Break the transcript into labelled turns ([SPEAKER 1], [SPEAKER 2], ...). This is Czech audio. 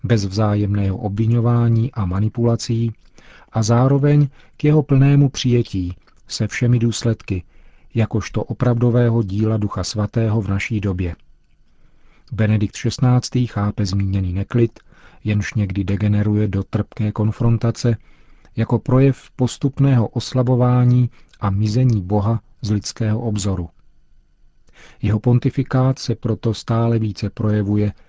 [SPEAKER 1] bez vzájemného obviňování a manipulací a zároveň k jeho plnému přijetí se všemi důsledky, jakožto opravdového díla Ducha Svatého v naší době. Benedikt XVI. chápe zmíněný neklid, jenž někdy degeneruje do trpké konfrontace, jako projev postupného oslabování a mizení Boha z lidského obzoru. Jeho pontifikát se proto stále více projevuje